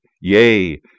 Yea